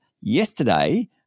yesterday